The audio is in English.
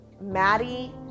Maddie